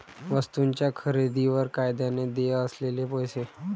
वस्तूंच्या खरेदीवर कायद्याने देय असलेले पैसे